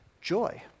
joy